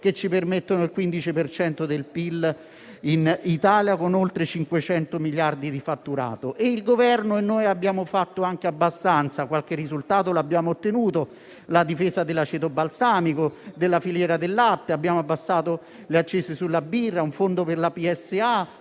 che ci permettono il 15 per cento del PIL in Italia, con oltre 500 miliardi di fatturato. Insieme al Governo abbiamo fatto anche abbastanza; qualche risultato l'abbiamo ottenuto: la difesa dell'aceto balsamico, della filiera del latte; abbiamo abbassato le accise sulla birra, istituito un fondo per la